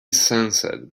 sensed